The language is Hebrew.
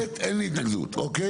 האמת אין לי התנגדות אוקיי?